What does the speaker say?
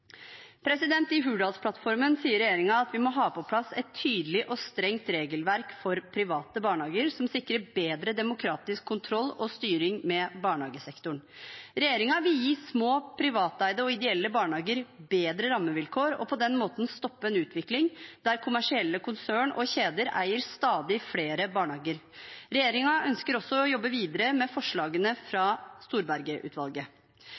I Hurdalsplattformen sier regjeringen at vi må ha på plass et tydelig og strengt regelverk for private barnehager, et som sikrer bedre demokratisk kontroll og styring med barnehagesektoren. Regjeringen vil gi små privateide og ideelle barnehager bedre rammevilkår og på den måten stoppe en utvikling der kommersielle konsern og kjeder eier stadig flere barnehager. Regjeringen ønsker også å jobbe videre med forslagene